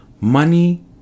money